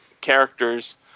characters